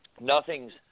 nothing's –